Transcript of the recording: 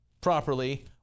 properly